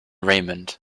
raymond